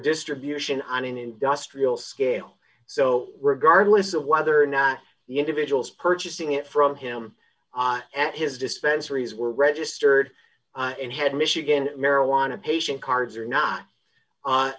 distribution on an industrial scale so regardless of whether or not the individuals purchasing it from him at his dispensaries were registered and had michigan marijuana patient cards or not